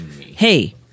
hey